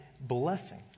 blessing